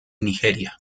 nigeria